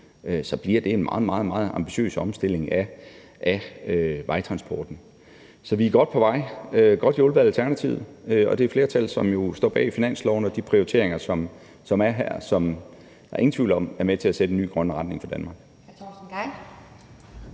så bliver det en meget, meget ambitiøs omstilling af vejtransporten. Så vi er godt på vej, godt hjulpet af Alternativet og det flertal, som jo står bag finansloven og de prioriteringer, der er i den, og som der ikke er nogen tvivl om er med til at sætte en ny grøn retning for Danmark.